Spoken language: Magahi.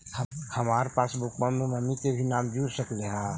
हमार पासबुकवा में मम्मी के भी नाम जुर सकलेहा?